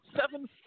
Seven